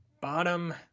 bottom